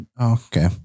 okay